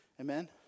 Amen